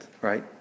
right